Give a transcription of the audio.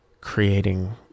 creating